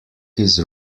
his